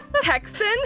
Texan